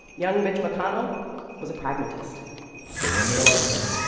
young mitch mcconnell was a pragmatist to win the election,